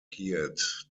geared